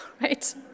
right